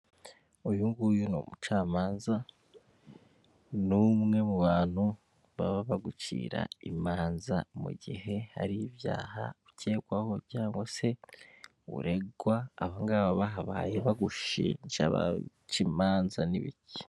Uyu nguyu ni umucamanza, ni umwe mu bantu baba bagucira imanza mu gihe hari ibyaha ukekwaho, cyangwa se uregwaga, aba ngaba baba bahabaye bagushinja, baca imanza, n'ibicyi.